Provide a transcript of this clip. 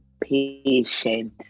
patient